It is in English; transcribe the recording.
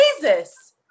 Jesus